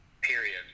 period